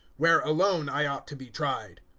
where alone i ought to be tried.